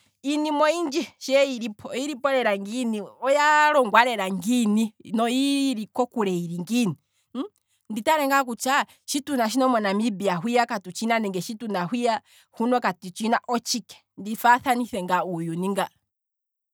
Iinima oyindji shee yili po, oyili po lela ngiini; oya longwa lela ngiini, na oyiili kokule yili ngiini, hmm, ndi tale ngaa kutya, shi tuna shino monamibia hwiya katu tshina nenge shituna hwiya huno katu tshina otshike? Ndi faathanithe ngaa uuyuni nga.